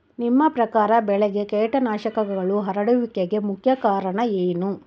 ನಿಮ್ಮ ಪ್ರಕಾರ ಬೆಳೆಗೆ ಕೇಟನಾಶಕಗಳು ಹರಡುವಿಕೆಗೆ ಮುಖ್ಯ ಕಾರಣ ಏನು?